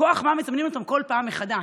מכוח מה מזמנים אותם כל פעם מחדש?